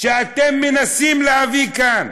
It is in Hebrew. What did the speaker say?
שאתם מנסים להביא לכאן